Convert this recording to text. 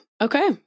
Okay